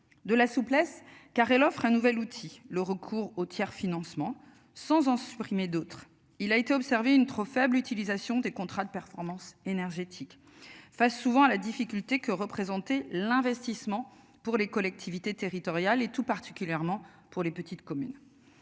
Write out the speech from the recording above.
De la souplesse car elle offre un nouvel outil, le recours au tiers-financement sans en supprimer d'autres. Il a été observé une trop faible utilisation des contrats de performance énergétique. Face, souvent à la difficulté que représentait l'investissement pour les collectivités territoriales et tout particulièrement pour les petites communes.